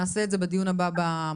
נעשה את זה בדיון הבא במושב.